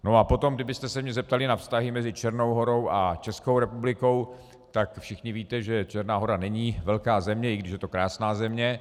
A potom, kdybyste se mě zeptali na vztahy mezi Černou Horou a Českou republikou, tak všichni víte, že Černá Hora není velká země, i když je to krásná země.